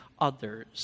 others